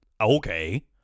Okay